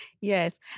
Yes